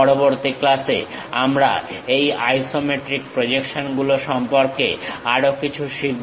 পরবর্তী ক্লাসে আমরা এই আইসোমেট্রিক প্রজেকশন গুলো সম্পর্কে আরো কিছু শিখব